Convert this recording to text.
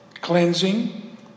cleansing